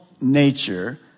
nature